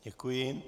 Děkuji.